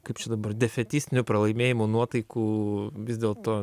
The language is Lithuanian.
kaip čia dabar deficitinio pralaimėjimo nuotaikų vis dėlto